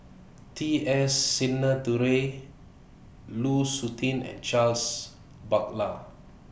T S Sinnathuray Lu Suitin and Charles Paglar